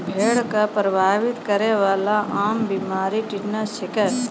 भेड़ क प्रभावित करै वाला आम बीमारी टिटनस छिकै